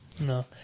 No